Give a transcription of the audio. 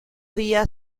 día